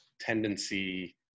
tendency